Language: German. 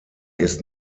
ist